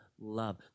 love